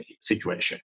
situation